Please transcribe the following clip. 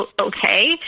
okay